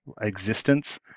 existence